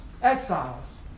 Exiles